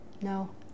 no